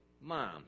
mom